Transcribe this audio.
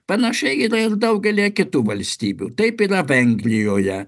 panašiai yra ir daugelyje kitų valstybių taip yra vengrijoje